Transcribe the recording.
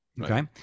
okay